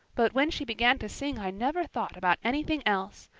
but when she began to sing i never thought about anything else.